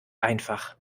einfach